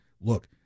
look